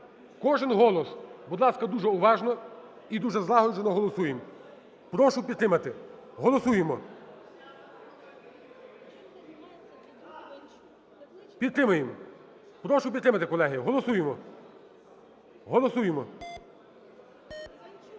Кожен голос. Будь ласка, дуже уважно і дуже злагоджено голосуємо. Прошу підтримати. Голосуємо. Підтримуємо. Прошу підтримати, колеги, голосуємо. Голосуємо.